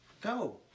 Go